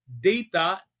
data